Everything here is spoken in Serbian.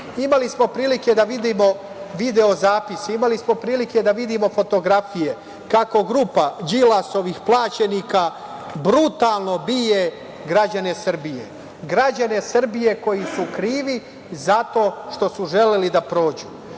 smo prilike da vidimo video zapis. Imali smo prilike da vidimo fotografije kako grupa Đilasovih plaćenika brutalno bije građane Srbije koji su krivi za to što su želeli da prođu.